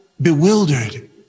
bewildered